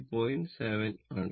7 ആണ്